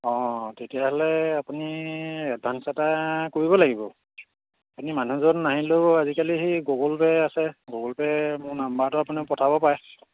অঁ তেতিয়াহ'লে আপুনি এডভান্স এটা কৰিব লাগিব আপুনি মানুহজন নাহিলেও আজিকালি সেই গুগল পে' আছে গুগল পে' মোৰ নাম্বাৰটোত আপুনি পঠিয়াব পাৰে